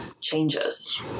changes